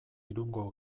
irungo